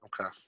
Okay